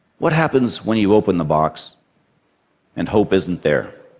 what happens when you open the box and hope isn't there?